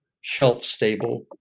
shelf-stable